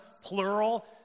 plural